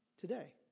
today